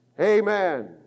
Amen